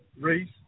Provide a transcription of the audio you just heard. Reese